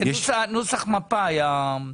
בנוסח מפא"י, הפשרות.